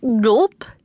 Gulp